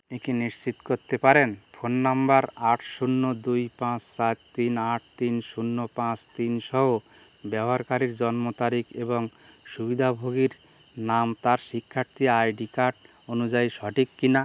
আপনি কি নিশ্চিত করতে পারেন ফোন নাম্বার আট শূন্য দুই পাঁচ চার তিন আট তিন শূন্য পাঁচ তিনসহ ব্যবহারকারীর জন্ম তারিখ এবং সুবিধাভোগীর নাম তার শিক্ষার্থী আইডি কার্ড অনুযায়ী সটিক কিনা